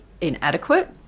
inadequate